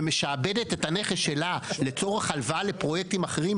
ומשעבדת את הנכס שלה לצורך הלוואה לפרויקטים אחרים,